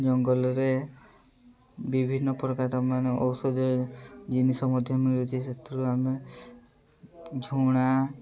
ଜଙ୍ଗଲରେ ବିଭିନ୍ନ ପ୍ରକାର ମାନେ ଔଷଧୀୟ ଜିନିଷ ମଧ୍ୟ ମିଳୁଛି ସେଥିରୁ ଆମେ ଝୁଣା